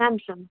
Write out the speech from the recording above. Samsung